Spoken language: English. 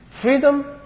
Freedom